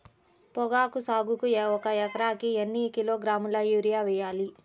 పొగాకు సాగుకు ఒక ఎకరానికి ఎన్ని కిలోగ్రాముల యూరియా వేయాలి?